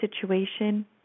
situation